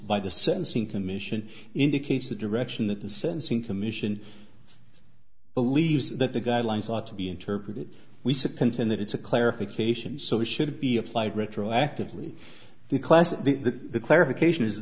by the sentencing commission indicates the direction that the sentencing commission believes that the guidelines ought to be interpreted we sippin that it's a clarification so we should be applied retroactively the class that the clarification is